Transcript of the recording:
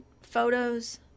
photos